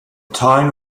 town